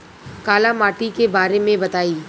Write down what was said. काला माटी के बारे में बताई?